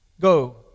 Go